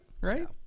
Right